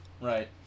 Right